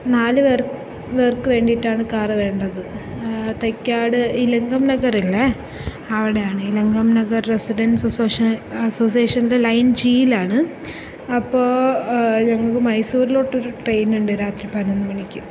നാല് പേർ പേർക്ക് വേണ്ടിയിട്ടാണ് കാർ വേണ്ടത് തൈക്കാട് ഇലങ്കം നഗർ ഇല്ലേ അവിടെയാണ് ഇലങ്കം നഗർ റെസിഡൻസ് അസോഷൻ അസോസിയേഷൻ്റെ ലൈൻ ജിയിലാണ് അപ്പോൾ ഞങ്ങൾക്ക് മൈസൂരിലോട്ട് ഒരു ട്രെയിൻ ഉണ്ട് രാത്രി പതിനൊന്ന് മണിക്ക്